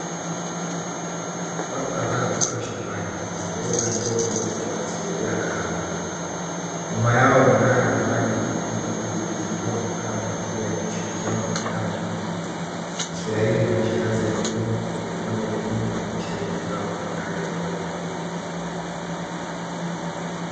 Watu kadhaa wakiwa shambani wanabeba ndoo kubwa kichwani zilizojaa kahawa. Nyuma yao mnara wa maji ulioniku juu ukichangia muonekano wa mazingira yenye ushirikiano na mwanadamu na teknolojia taswira hii inaonyesha kazi ya mikono umoja wa jamii na uzalishaji wa mazao katika hali ya kawaida.